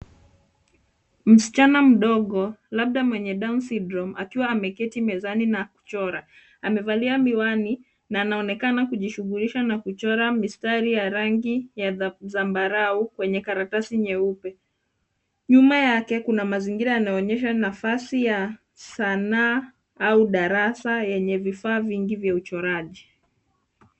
Msichana mdogo labda mwenye down syndrome akiwa ameketi mezani na kuchora, amevalia miwani na anaonekana kujishughulisha na kuchora mistari ya rangi ya zambarau kwenye karatasi nyeupe. Nyuma yake kuna mazingira yanaonyesha nafasi ya sanaa au darasa yenye vifaa vingi vya uchoraji.